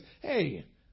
hey